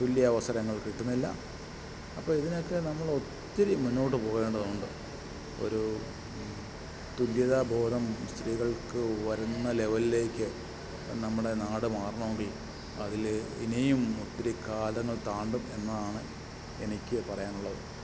തുല്യ അവസരങ്ങൾ കിട്ടുന്നില്ല അപ്പോൾ ഇതിനൊക്കെ നമ്മൾ ഒത്തിരി മുന്നോട്ട് പോകേണ്ടതുണ്ട് ഒരു തുല്യത ബോധം സ്ത്രീകൾക്ക് വരുന്ന ലെവലിലേക്ക് നമ്മുടെ നാട് മാറണമെങ്കിൽ അതിൽ ഇനിയും ഒത്തിരി കാലങ്ങൾ താണ്ടും എന്നാണ് എനിക്ക് പറയാനുള്ളത്